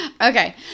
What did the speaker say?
Okay